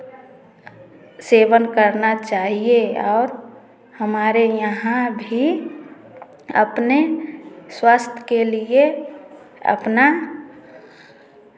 seven करना चाहिए और हमारे यहाँ भी अपने स्वास्थ्य के लिए अपना